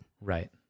Right